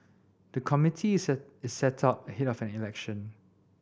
the committee is set is set up ahead of an election